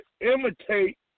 imitate